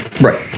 Right